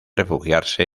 refugiarse